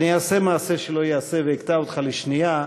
אעשה מעשה שלא ייעשה ואקטע אותך לשנייה.